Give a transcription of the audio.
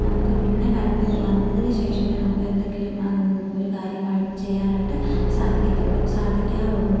നമ്മൾക്ക് പിന്നെ കരണ്ട് വന്നതിന് ശേഷമേ നമുക്ക് എന്തെങ്കിലും ഒരു കാര്യമായിട്ട് ചെയ്യാനായിട്ട് സാധിക്കത്തുള്ളു സാധിക്കാറുള്ളു